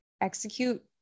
execute